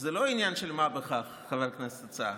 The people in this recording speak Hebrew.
זה לא עניין של מה בכך, חבר הכנסת סער.